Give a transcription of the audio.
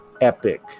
epic